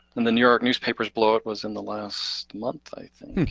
and the new york newspapers blow up was in the last month i think,